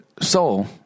soul